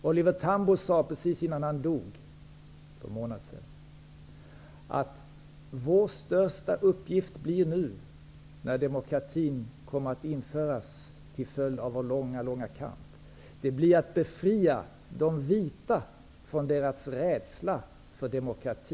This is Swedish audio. Oliver Tambo sade strax innan han dog för en månad sedan att vår största uppgift blir nu, när demokratin kommer att införas till följd av vår långa kamp, att befria de vita från deras rädsla för demokrati.